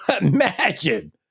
imagine